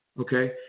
okay